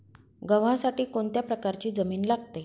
गव्हासाठी कोणत्या प्रकारची जमीन लागते?